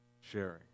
sharing